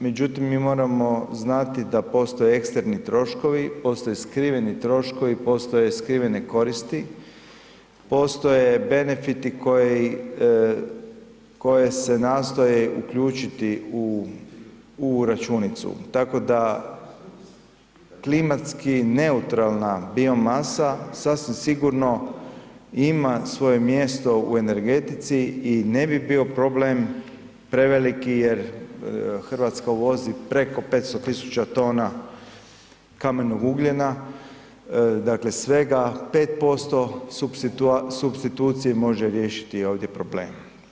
Međutim, mi moramo znati da postoje eksterni troškovi, postoje skriveni troškovi, postoje skrivene koristi, postoje benefiti koje se nastoji uključiti u računicu, tako da klimatski neutralna bio masa sasvim sigurno ima svoje mjesto u energetici i ne bi bio problem preveliki jer Hrvatska uvozi preko 500.000 tona kamenog ugljena, dakle svega 5% supstitucije može riješiti ovdje problem.